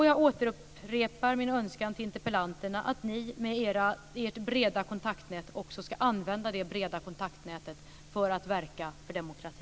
Jag återupprepar min önskan till interpellanterna att ni med ert breda kontaktnät också ska använda det breda kontaktnätet för att verka för demokrati.